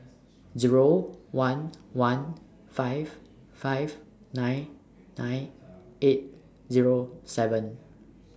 Zero one one five five nine nine eight Zero seven